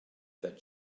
that